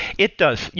it does.